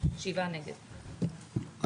7 נמנעים,